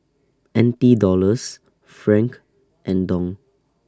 N T Dollars Franc and Dong